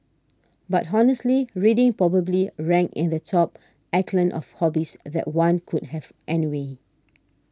but honestly reading probably ranks in the top echelon of hobbies that one could have anyway